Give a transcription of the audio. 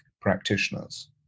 practitioners